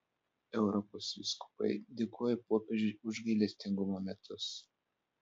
europos vyskupai dėkoja popiežiui už gailestingumo metus